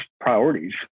priorities